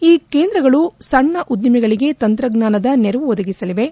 ಈ ಕೇಂದ್ರಗಳು ಸಣ್ಣ ಉದ್ಲಿಮೆಗಳಿಗೆ ತಂತ್ರಜ್ಞಾನ ನೆರವು ಒದಗಿಸಲಿವೆ